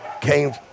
came